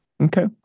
Okay